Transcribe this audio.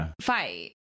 fight